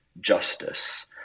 justice